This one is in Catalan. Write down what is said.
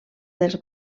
dels